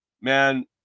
Man